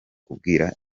kubwira